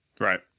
right